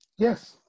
Yes